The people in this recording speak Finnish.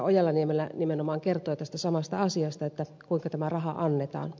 ojala niemelä nimenomaan kertoi tästä samasta asiasta kuinka tämä raha annetaan